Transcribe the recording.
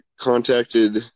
contacted